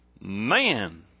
man